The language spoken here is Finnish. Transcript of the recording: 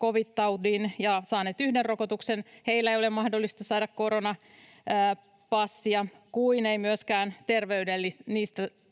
covid-taudin ja saaneet yhden rokotuksen, ei ole mahdollista saada koronapassia kuten ei myöskään niillä